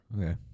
Okay